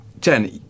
Jen